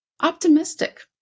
optimistic